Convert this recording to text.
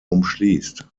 umschließt